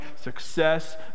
success